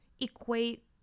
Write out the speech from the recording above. equate